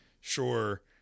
sure